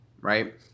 right